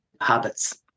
habits